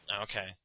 Okay